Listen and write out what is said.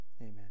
Amen